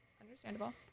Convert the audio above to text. understandable